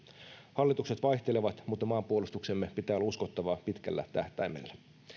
hallitukset vaihtelevat mutta maanpuolustuksemme pitää olla uskottavaa pitkällä tähtäimellä